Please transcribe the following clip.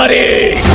but a